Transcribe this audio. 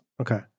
Okay